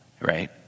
right